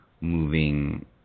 moving